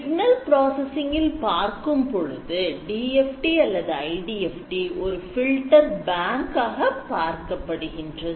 Signal processing இல் பார்க்கும் பொழுது DFT அல்லது IDFT ஓர் filter bank ஆக பார்க்கப்படுகின்றது